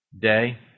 day